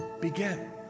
Begin